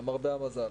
למרבה המזל,